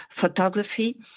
photography